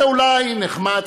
זה אולי נחמד,